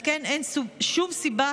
על כן אין שום סיבה